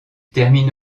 termine